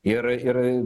ir ir